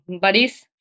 buddies